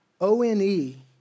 O-N-E